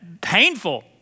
painful